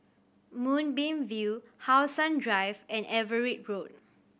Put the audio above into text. Moonbeam View How Sun Drive and Everitt Road